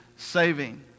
saving